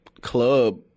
club